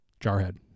Jarhead